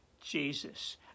Jesus